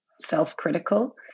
self-critical